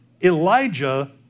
Elijah